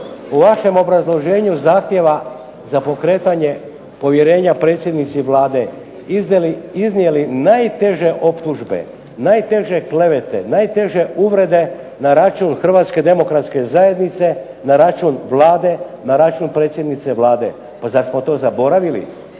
u vašem obrazloženju zahtjeva za pokretanje povjerenja predsjednici Vlade iznijeli najteže optužbe, najteže klevete, najteže uvrede na račun Hrvatske demokratske zajednice, na račun Vlade, na račun predsjednice Vlade. Pa zar smo to zaboravili?